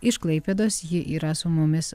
iš klaipėdos ji yra su mumis